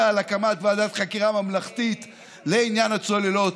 על הקמת ועדת חקירה ממלכתית לעניין הצוללות,